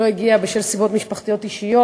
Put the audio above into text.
שלא הגיע מסיבות משפחתיות אישיות.